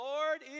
Lord